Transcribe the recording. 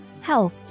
health